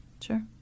sure